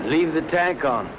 leave the tank gun